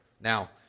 Now